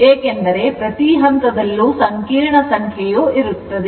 ಏಕೆಂದರೆ ಪ್ರತಿ ಹಂತದಲ್ಲೂ ಸಂಕೀರ್ಣ ಸಂಖ್ಯೆಯು ಇರುತ್ತದೆ